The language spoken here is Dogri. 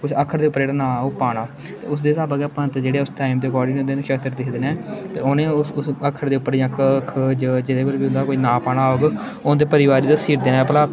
उस अक्खर दे उप्पर जेह्ड़ा नांऽ ऐ ओह् पाना ते उसदे स्हाबै गै पंत जेह्ड़े उस टाइम दे अकार्डिंग ओह्दे नक्षत्र दिक्खदे न ते उ'नें उस उस अक्खर दे उप्पर जियां क ख ज जेहदे उप्पर बी ओह्दा कोई नांऽ पाना होग ओह् उं'दे परिवार गी दस्सी ओड़दे न भला